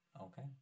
Okay